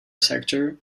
sector